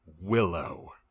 Willow